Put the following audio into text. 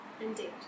Indeed